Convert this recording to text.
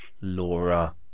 Laura